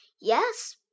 Yes